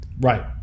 Right